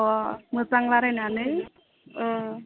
अ मोजां रायज्लायनानै ओ